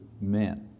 men